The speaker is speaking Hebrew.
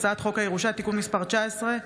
הצעת חוק הירושה (תיקון מס' 19),